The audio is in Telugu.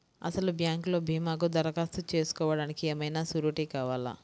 అసలు బ్యాంక్లో భీమాకు దరఖాస్తు చేసుకోవడానికి ఏమయినా సూరీటీ కావాలా?